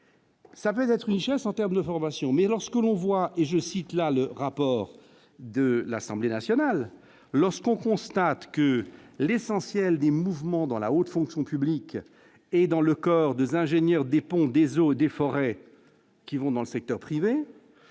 ça peut être une chasse en terme de formation mais lorsque l'on voit, et je cite là le rapport de l'Assemblée nationale, lorsqu'on constate que l'essentiel des mouvements dans la haute fonction publique et dans le corps des ingénieurs des ponts, des eaux et des forêts, qui vont dans le secteur privé